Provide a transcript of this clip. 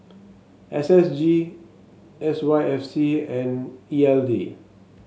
S S G S Y F C and E L D